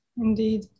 Indeed